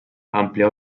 ampliar